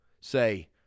say